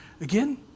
again